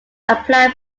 applied